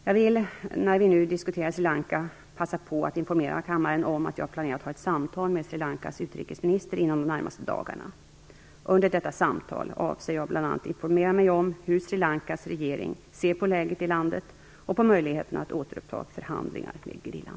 Jag vill när vi nu diskuterar Sri Lanka passa på att informera kammaren om att jag planerar att ha ett samtal med Sri Lankas utrikesminister inom de närmaste dagarna. Under detta samtal avser jag bl.a. informera mig om hur Sri Lankas regering ser på läget i landet och på möjligheterna att återuppta förhandlingarna med gerillan.